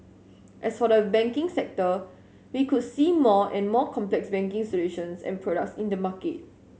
as for the banking sector we could see more and more complex banking solutions and products in the market